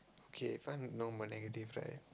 okay time to know my negative right